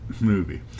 movie